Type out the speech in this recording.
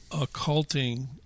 occulting